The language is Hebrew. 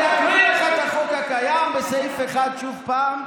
אני אקריא לך את החוק הקיים, בסעיף 1, שוב פעם: